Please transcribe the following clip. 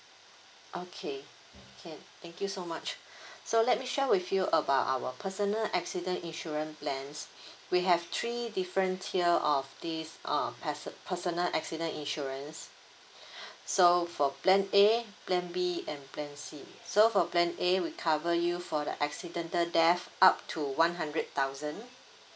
okay can thank you so much so let me share with you about our personal accident insurance plans we have three different tier of this uh perso~ personal accident insurance so for plan A plan B and plan C so for plan A we cover you for the accidental death up to one hundred thousand